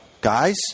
guys